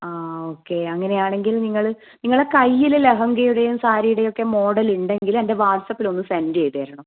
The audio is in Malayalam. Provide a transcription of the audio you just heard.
ആ ഓക്കെ അങ്ങനെ ആണെങ്കിൽ നിങ്ങൾ നിങ്ങളെ കയ്യിൽ ലെഹങ്കയുടെയും സാരിയുടെയും ഒക്കെ മോഡൽ ഇണ്ടെങ്കിൽ എൻ്റെ വാട്ട്സ്ആപ്പിൽ ഒന്ന് സെൻ്റ് ചെയ്ത് തരണം